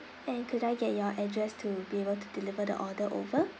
and could I get your address to be able to deliver the order over